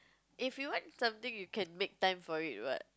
if you like something you can make time for it what